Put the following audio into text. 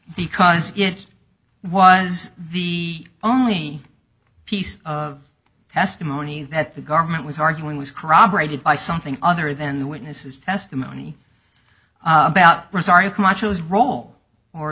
because it was the only piece of testimony that the government was arguing was corroborated by something other than the witness's testimony about rosario camacho's role or